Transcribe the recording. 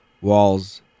walls